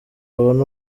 abone